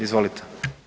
Izvolite.